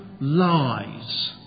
lies